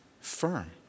firm